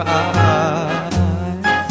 eyes